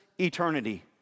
eternity